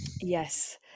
Yes